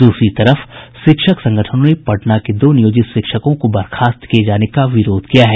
दूसरी तरफ शिक्षक संगठनों ने पटना के दो नियोजित शिक्षकों को बर्खास्त किये जाने का विरोध किया है